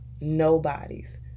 nobodies